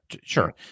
sure